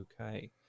okay